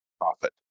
profit